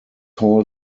hall